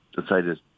decided